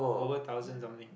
over thousand something